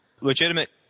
legitimate